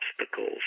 obstacles